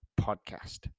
podcast